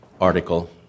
article